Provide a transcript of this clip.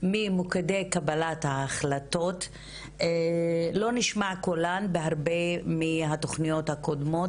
ממוקדי קבלת ההחלטות לא נשמע בקולן בהרבה מהתוכניות הקודמות,